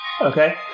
Okay